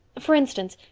for instance,